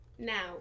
Now